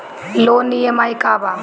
Loan EMI का बा?